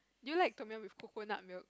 do you like Tom-yum with coconut milk